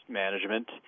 management